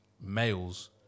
males